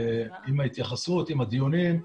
עם ההתייחסות עם הדיונים,